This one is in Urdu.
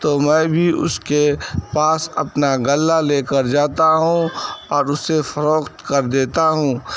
تو میں بھی اس کے پاس اپنا غلہ لیکر جاتا ہوں اور اس سے فروخت کر دیتا ہوں